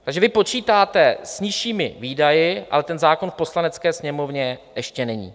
Takže vy počítáte s nižšími výdaji, ale ten zákon v Poslanecké sněmovně ještě není.